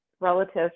relatives